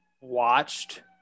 watched